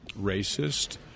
racist